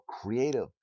creative